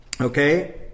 Okay